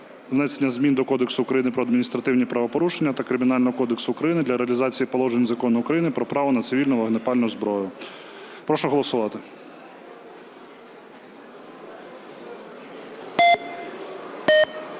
внесення змін до Кодексу України про адміністративні правопорушення та Кримінального кодексу України для реалізації положень Закону України "Про право на цивільну вогнепальну зброю". Прошу голосувати.